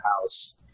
house